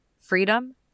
freedom